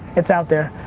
it's out there.